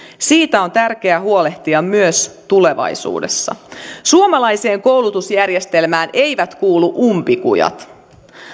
siitä on tärkeää huolehtia myös tulevaisuudessa suomalaiseen koulutusjärjestelmään eivät kuulu umpikujat